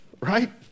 right